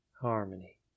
harmony